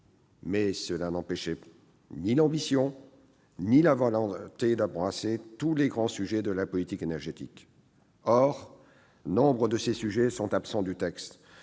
mais cela n'empêchait ni l'ambition ni la volonté d'embrasser tous les grands sujets de la politique énergétique. Or nombre de ces sujets sont absents du texte.